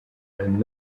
and